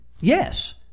yes